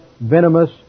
venomous